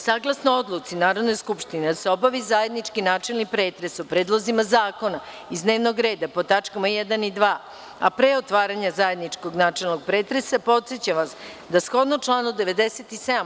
Saglasno odluci Narodne skupštine da se obavi zajednički načelni pretres o predlozima zakona iz dnevnog reda pod tačkama 1. i 2, a pre otvaranja zajedničkog načelnog pretresa, podsećam vas da, shodno članu 97.